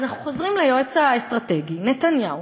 אנחנו חוזרים ליועץ האסטרטגי נתניהו,